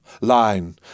line